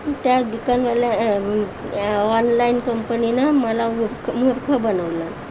त्या दुकानवाल्या ए अ ऑ ऑनलाइन कंपनीनं मला मूर्ख मूर्ख बनवलं